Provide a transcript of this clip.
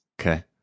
Okay